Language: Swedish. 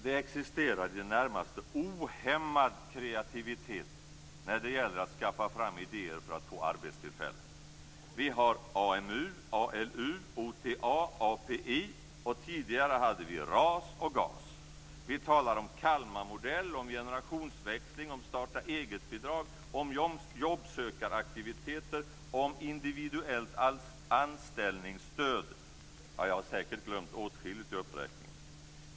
Det existerar en i det närmaste ohämmad kreativitet när det gäller att skaffa fram idéer för att få arbetstillfällen. Vi har AMU, ALU, OTA, API, och tidigare hade vi RAS och GAS. Vi talar om Kalmarmodell, om generationsväxling, om starta-egetbidrag, om jobbsökaraktiviteter och om individuellt anställningsstöd. Ja, jag har säkert glömt åtskilligt i uppräkningen.